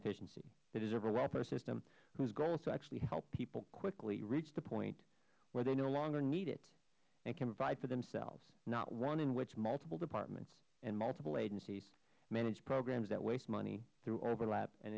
efficiency they deserve a welfare system whose goals actually help people quickly reach the point where they no longer need it and provide for themselves one in which multiple departments and multiple agencies manage programs that waste money through overlap and